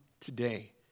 today